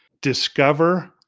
discover